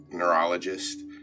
neurologist